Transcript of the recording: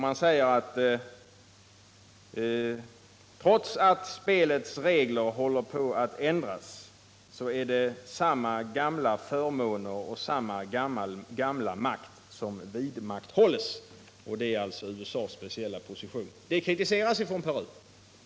Man säger: Trots att spelets regler håller på att ändras är det samma gamla förmåner och samma gamla makt som vidmakthålls. Det är alltså USA:s speciella position man syftar på, 81 och den kritiseras av Peru.